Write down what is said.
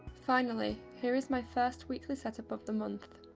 finally, here is my first weekly set up of the month.